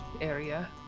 area